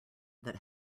that